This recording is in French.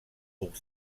pour